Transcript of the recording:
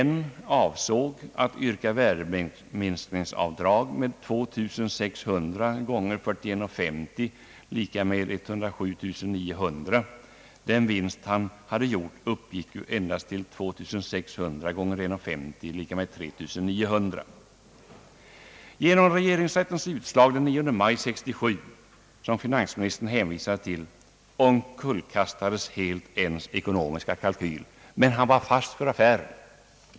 N avsåg att yrka värdeminskningsavdrag med 2600 x41:50=107 900 kronor. Den vinst han hade gjort uppgick ju endast till 2600 Xx1:50=3 900 kronor. Genom regeringsrättens utslag den 9 maj 1967, som finansministern hänvisade till, omkullkastades N:s ekonomiska kalkyl helt. Men han var fast för affären.